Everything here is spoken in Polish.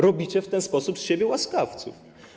Robicie w ten sposób z siebie łaskawców.